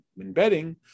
embedding